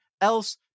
else